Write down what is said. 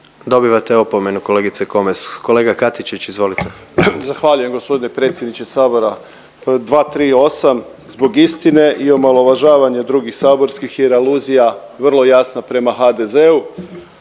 Dobivate opomenu, kolegice Komes. Kolega Katičić, izvolite. **Katičić, Krunoslav (HDZ)** Zahvaljujem g. predsjedniče Sabora. 238. Zbog istine i omalovažavanje drugih saborskih jer aluzija vrlo jasna prema HDZ-u,